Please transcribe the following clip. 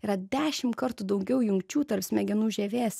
yra dešimt kartų daugiau jungčių tarp smegenų žievės